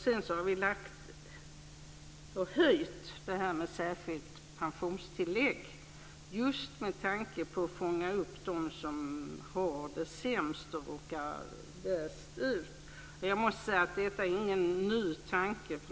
Sedan har vi höjt detta med särskilt pensionstillägg just med tanke på att fånga upp dem som har det sämst. Detta är ingen ny tanke.